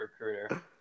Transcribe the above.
recruiter